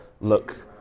look